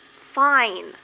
Fine